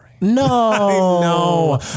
No